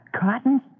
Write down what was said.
Cotton